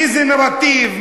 איזה נרטיב,